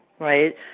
right